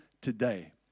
today